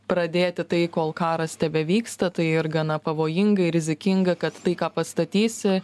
pradėti tai kol karas tebevyksta tai ir gana pavojinga ir rizikinga kad tai ką pastatysi